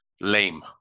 lame